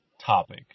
topic